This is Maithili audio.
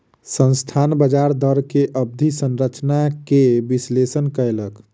संस्थान ब्याज दर के अवधि संरचना के विश्लेषण कयलक